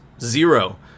zero